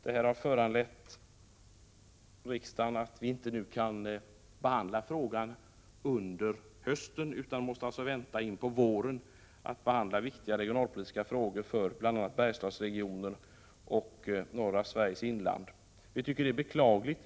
Detta har lett till att riksdagen inte kunnat behandla frågan under hösten utan varit tvungen att vänta till våren för att kunna behandla viktiga regionalpolitiska frågor rörande bl.a. Bergslagsregionen och norra Sveriges inland — det är beklagligt.